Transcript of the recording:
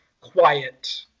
quiet